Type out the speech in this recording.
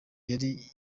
yari